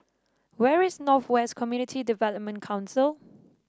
where is North West Community Development Council